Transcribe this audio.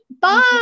Bye